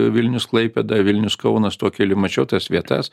vilnius klaipėda vilnius kaunas tuo keliu mačiau tas vietas